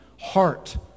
heart